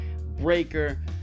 Breaker